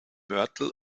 mörtel